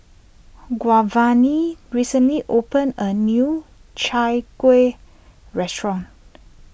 Giovanni recently opened a new Chai Kuih restaurant